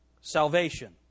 salvation